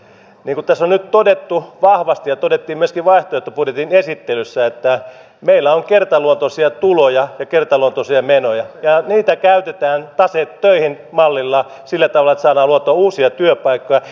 niin kuin tässä on nyt todettu vahvasti ja todettiin myöskin vaihtoehtobudjetin esittelyssä meillä on kertaluontoisia tuloja ja kertaluontoisia menoja ja niitä käytetään tase töihin mallilla sillä tavalla että saadaan luotua uusia työpaikkoja